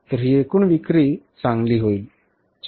तर ही एकूण विक्री चांगली होईल